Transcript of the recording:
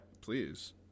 Please